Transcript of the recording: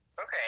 Okay